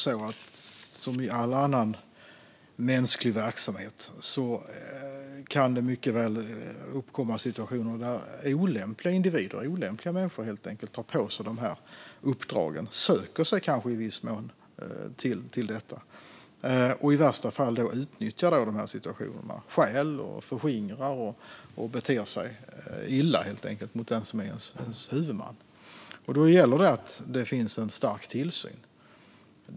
Som i all annan mänsklig verksamhet kan det mycket väl uppkomma situationer när olämpliga individer, helt enkelt olämpliga människor, tar på sig uppdragen - söker sig i viss mån till dem. I värsta fall utnyttjar de dessa situationer. De stjäl, förskingrar och beter sig illa mot huvudmannen. Då gäller det att det finns en stark tillsyn.